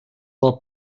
del